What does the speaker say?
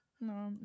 No